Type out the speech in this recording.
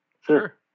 sure